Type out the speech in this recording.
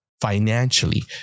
financially